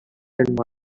and